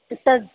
तत्